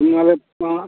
तुम्ही आलात पुण्याला